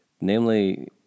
namely